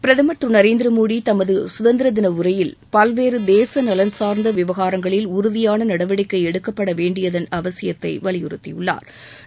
பிரதமர் திரு நரேந்திர மோடி தனது சுதந்திர தின உரையில் பல்வேறு தேச நலன் சார்ந்த விவாகரங்களில் உறுதியான நடவடிக்கை எடுக்கப்படவேண்டியதன் அவசியத்தை வலியுறுத்தியுள்ளாா்